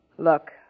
Look